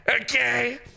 okay